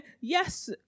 yes